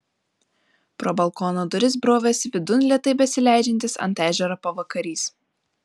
pro balkono duris brovėsi vidun lėtai besileidžiantis ant ežero pavakarys